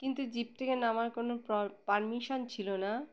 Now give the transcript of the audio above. কিন্তু জিপ থেকে নামার কোনো পারমিশন ছিল না